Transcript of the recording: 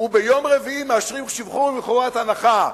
וביום רביעי מאשרים שחרור מחובת הנחה,